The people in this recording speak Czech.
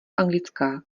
anglická